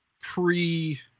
pre-